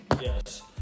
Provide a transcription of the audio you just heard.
Yes